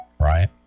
right